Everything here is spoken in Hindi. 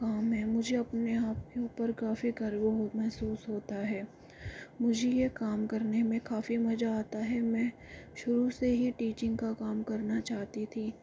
काम है मुझे अपने आपके ऊपर काफ़ी गर्व हो महसस होता है मुझे ये काम करने में काफ़ी मजा आता है मैं शुरु से ही टीचीग का काम करना चाहती थी